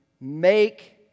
make